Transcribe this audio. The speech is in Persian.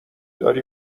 داری